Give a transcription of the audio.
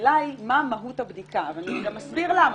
השאלה היא מה מהות הבדיקה, ואני אגם אסביר למה.